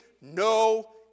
no